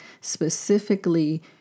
specifically